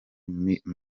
mike